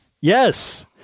Yes